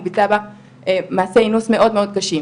הוא ביצע בה מעשי אינוס מאוד מאוד קשים,